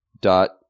dot